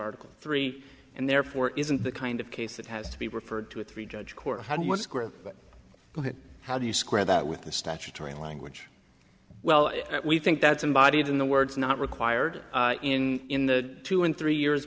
article three and therefore isn't the kind of case that has to be referred to a three judge court how do you how do you square that with the statutory language well we think that's embodied in the words not required in in the two and three years